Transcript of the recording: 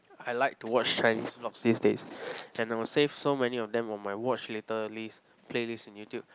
I like to watch Chinese vlogs these days and I will save so many of them on my watch later list playlist in YouTube